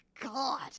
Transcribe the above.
God